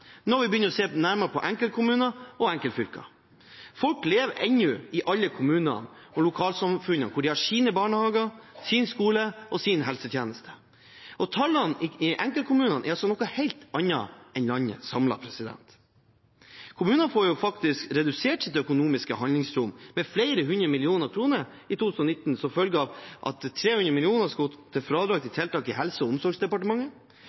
når vi begynner å se nærmere på enkeltkommuner og enkeltfylker. Folk lever i alle kommunene og lokalsamfunnene, hvor de har sine barnehager, sin skole og sine helsetjenester. Tallene for enkeltkommunene er noe helt annet enn for landet samlet. Kommunene får faktisk redusert sitt økonomiske handlingsrom med flere hundre millioner kroner i 2019 som følge av at 300 mill. kr skal gå til fradrag til tiltak i Helse- og omsorgsdepartementet,